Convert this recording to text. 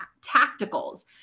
tacticals